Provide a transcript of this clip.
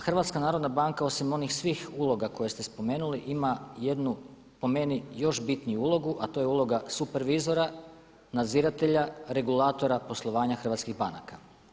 A HNB osim onih svih uloga koje ste spomenuli ima jednu po meni još bitniju ulogu a to je uloga supervizora, nadziratelja, regulatora poslovanja Hrvatskih banaka.